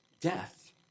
death